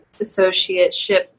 associateship